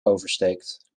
oversteekt